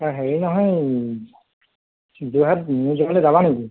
এই হেৰি নহয় যোৰহাট মিউজিয়ামলৈ যাবা নেকি